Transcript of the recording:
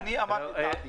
אני אמרתי את דעתי.